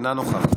אינה נוכחת,